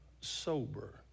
sober